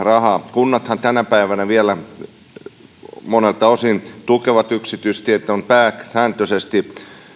kunnathan tänä päivänä vielä monilta osin tukevat yksityisteitä on pääsääntöisesti